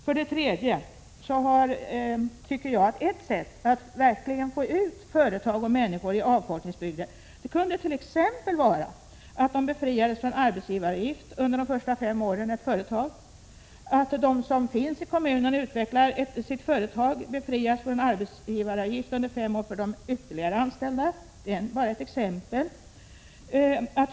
För det tredje vill jag framhålla att ett sätt att verkligen få ut företag och människor i avfolkningsbygder t.ex. kunde vara att företagen befriades från arbetsgivaravgift för en anställd under dennes fem första anställningsår. Företag som finns i en avfolkningskommun och som utvecklas där kunde befrias från arbetsgivaravgift under fem år för de övriga anställda.